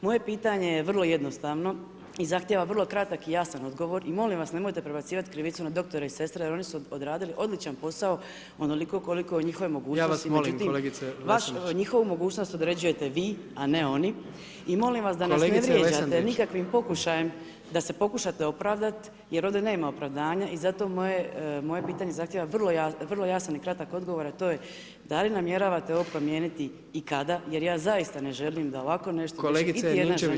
Moje pitanje je vrlo jednostavno i zahtjeva vrlo kratak i jasna odgovor i molim vas nemojte prebacivati krivicu na doktore i sestre jer oni su odradili odličan posao onoliko koliko je u njihovoj mogućnosti [[Upadica Predsjednik: Ja vas molim kolegice Lesandrić.]] međutim, njihovu mogućnost određujete vi, a ne oni i molim vas da nas ne vrijeđate [[Upadica Predsjednik: Kolegice Lesandrić.]] nikakvim pokušajem da se pokušate opravdati, jer ovdje nema opravdanja i zato moje pitanje zahtjeva vrlo jasan i kratak odgovor, a to je da li namjeravate ovo promijeniti i kada, jer ja zaista ne želim da ovakvo nešto iti jedna [[Upadica Predsjednik: Kolegice Ninčević Lesandrić, ja vas molim sada.]] žena u našoj državi prođe.